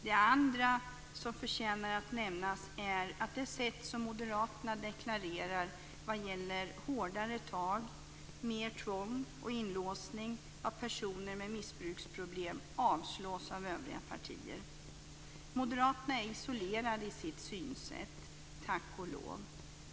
Det andra som förtjänar att nämnas är att det synsätt som Moderaterna deklarerar vad gäller hårdare tag, mer tvång och inlåsning av personer med missbruksproblem avstyrks av övriga partier. Moderaterna är isolerade i sitt synsätt, tack och lov.